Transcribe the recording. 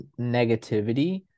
negativity